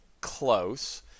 close